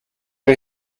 een